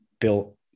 built